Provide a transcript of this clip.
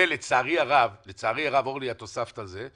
ולצערי הרב, אורלי, את הוספת על זה.